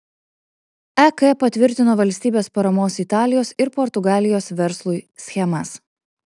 ek patvirtino valstybės paramos italijos ir portugalijos verslui schemas